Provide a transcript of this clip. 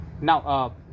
now